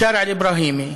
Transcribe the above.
לשארע אבראהימי